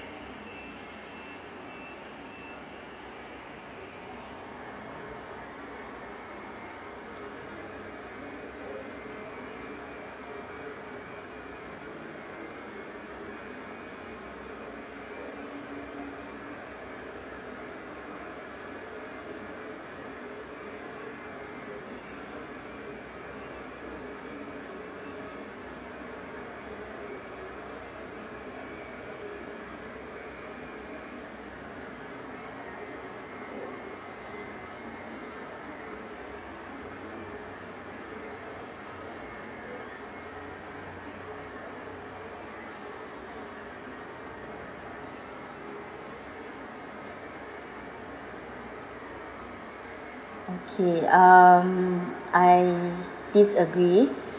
okay um I disagree